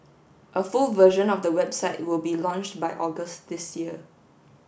a full version of the website will be launched by August this year